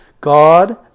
God